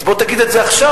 בוא תגיד את זה עכשיו,